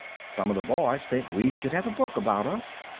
some of the boys think we should have a book about us.